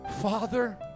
Father